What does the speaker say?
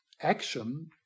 action